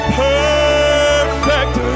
perfect